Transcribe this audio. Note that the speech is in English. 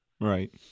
right